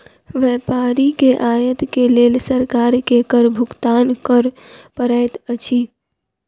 व्यापारी के आयत के लेल सरकार के कर भुगतान कर पड़ैत अछि